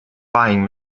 buying